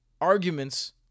arguments